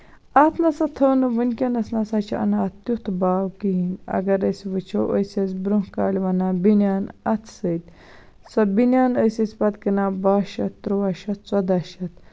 اَتھ نسا تھٲو نہٕ ؤکیٚنس نسا چھِ اَنان اَتھ تیُتھ باو کِہینۍ نہٕ اَگر أسۍ وٕچھو أسۍ ٲسۍ برونہہ کالہِ وونان بٔنیان اَتھٕ سۭتۍ سۄ بٔنیان ٲسۍ أسۍ پَتہٕ کٕنان باہ شَتھ تٔروہ شَتھ ژۄدہ شَتھ